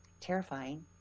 terrifying